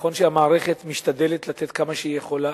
נכון שהמערכת משתדלת לתת כמה שהיא יכולה,